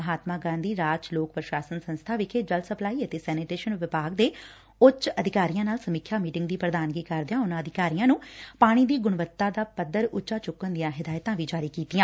ਮਹਾਤਮਾ ਗਾਧੀ ਰਾਜ ਲੋਕ ਪੁਸ਼ਾਸਨ ਸੰਸਬਾ ਵਿਖੇ ਜਲ ਸਪਲਾਈ ਅਤੇ ਸੈਨੀਟੇਸਨ ਵਿਭਾਗਂ ਦੇ ਉੱਚ ਅਧਿੱਕਾਰੀਆਂ ਨਾਲ ਸਮੀਖਿਆ ਮੀਟਿੰਗ ਦੀ ਪੁਧਾਨਗੀ ਕਰਦਿਆਂ ਉਨਾਂ ਅਧਿਕਾਰੀਆਂ ਨੰ ਪਾਣੀ ਦੀ ਗਣਵੱਤਾ ਦਾ ਪੱਧਰ ਉੱਚਾ ਚੱਕਣ ਦੀਆਂ ਵੀ ਹਦਾਇਤਾਂ ਵੀ ਜਾਰੀ ਕੀਤੀਆਂ